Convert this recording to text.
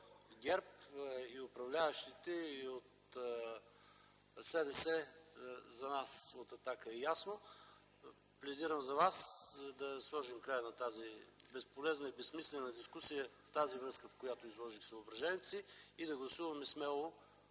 ГЕРБ и управляващите, от СДС, за нас от „Атака” е ясно, пледирам за вас да сложим край на тази безполезна и безсмислена дискусия в тази връзка, в която изложих съображението си, и да гласуваме смело